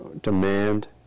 demand